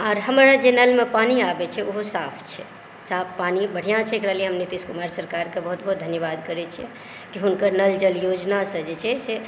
आर हमरा जे नलमे पानी आबै छै ओहो साफ छै साफ पानी बढ़िऑं छै एकरा लियऽ हम नितीश कुमार सरकारके बहुत बहुत धन्यवाद करै छियै कि हुनकर नल जल योजनासँ जे छै से